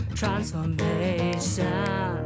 transformation